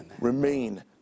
Remain